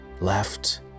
left